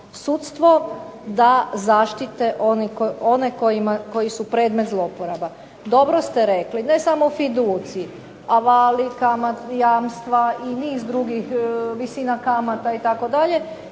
sudstvo da zaštite one koji su predmet zlouporaba. Dobro ste rekli, ne samo fiduciji, avali, kamate, jamstva i niz drugih, visina kamata itd.,